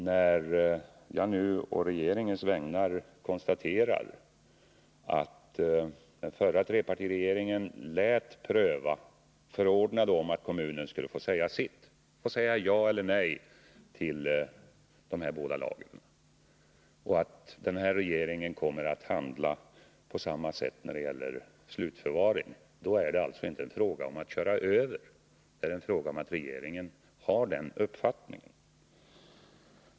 När jag nu å regeringens vägnar konstaterar att den förra trepartiregeringen förordnade om att kommunen skulle få säga sitt, dvs. få säga ja eller nej till de båda lagringar jag nämnde, och att den nuvarande regeringen kommer att handla på samma sätt när det gäller slutförvaring, då är det inte fråga om att köra över någon, utan då är det fråga om att regeringen har den uppfattningen.